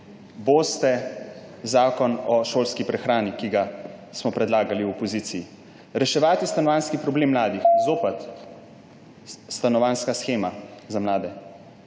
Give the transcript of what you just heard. boste zakon o šolski prehrani, ki smo ga predlagali v opoziciji. Reševati stanovanjski problem mladih. Zopet stanovanjska shema za mlade.